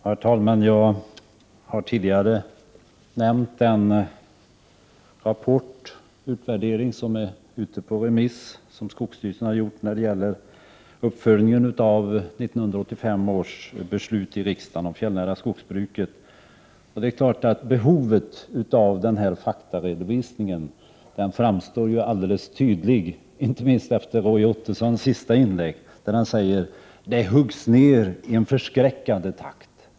Herr talman! Jag har tidigare nämnt den utvärdering som skogsstyrelsen gjort och som är ute på remiss. Den handlar om uppföljningen av 1985 års beslut i riksdagen om det fjällnära skogsbruket. Behovet av den här faktaredovisningen framstår som helt uppenbart, inte minst efter Roy Ottossons sista inlägg, där han sade att det avverkas i en förskräckande takt.